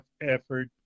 effort